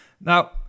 now